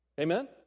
Amen